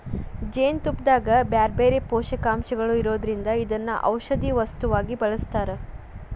ಜೇನುತುಪ್ಪದಾಗ ಬ್ಯಾರ್ಬ್ಯಾರೇ ಪೋಷಕಾಂಶಗಳು ಇರೋದ್ರಿಂದ ಇದನ್ನ ಔಷದ ವಸ್ತುವಾಗಿ ಬಳಸ್ತಾರ